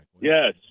Yes